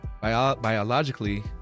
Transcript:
biologically